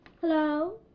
Hello